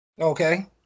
Okay